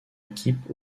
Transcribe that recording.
équipe